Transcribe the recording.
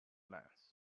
length